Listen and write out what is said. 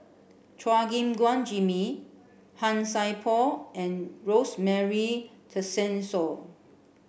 Chua Gim Guan Jimmy Han Sai Por and Rosemary Tessensohn